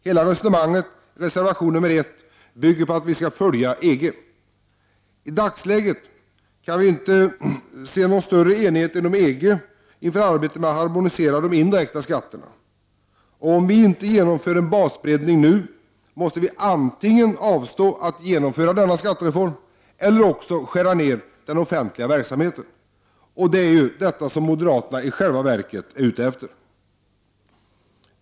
Hela resonemanget i moderaternas reservation 1 bygger på att Sverige skall följa EG. I dagsläget kan vi inte se någon större enighet inom EG inför arbetet att harmonisera de indirekta skatterna. Om vi inte genomför en basbreddning nu, måste vi antingen avstå från att genomföra denna skattereform eller skära ned den offentliga verksamheten, och det är ju detta som moderaterna i själva verket är ute efter.